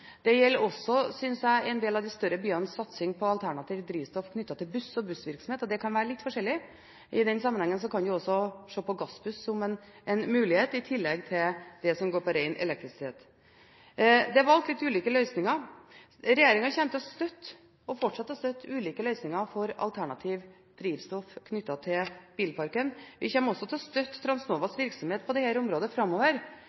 Det gjelder også, synes jeg, en del av de større byenes satsing på alternative drivstoff knyttet til busser og bussvirksomhet, og det kan være litt forskjellig. I den sammenhengen kan vi også se på gassbuss som en mulighet i tillegg til dem som går på ren elektrisitet. Det er valgt litt ulike løsninger. Regjeringen kommer til å støtte – og fortsette å støtte ulike – løsninger for alternative drivstoff knyttet til bilparken. Vi kommer også til å støtte